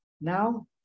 now